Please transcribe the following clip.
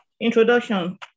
Introduction